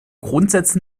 grundsätzen